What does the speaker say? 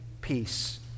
peace